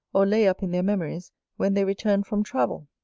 or lay up in their memories when they return from travel.